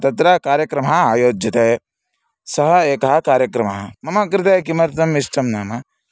तत्र कार्यक्रमः आयोज्यते सः एकः कार्यक्रमः मम कृते किमर्थम् इष्टं नाम